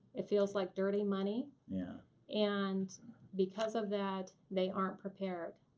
it feels like dirty money. yeah and because of that, they aren't prepared.